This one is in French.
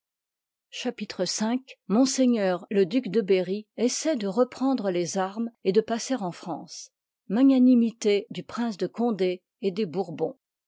chap v w le duc de berry essaie de repren i drc les armes et do passer eu france ma nimité du prince de condé et des bourbons